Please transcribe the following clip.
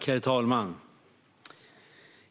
Herr talman!